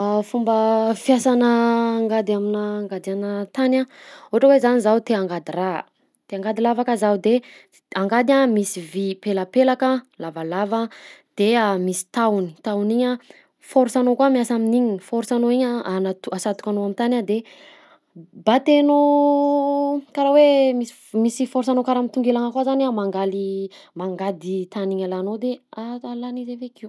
Fomba fiasanà angady aminà angadiàna tany a: ohatra hoe zany zaho te hangady raha, te hangady lavaka zaho; de s- angady a misy vy pelapelaka, lavalava, de misy tahony, tahony igny a force anao koa miasa amin'igny, force anao igny a anato- asatokanao am'tany a de batainao karaha hoe mis- f- misy force anao karaha mitongilagna akao zany a mangaly mangady tany igny alanao de azo alàna izy avy akeo.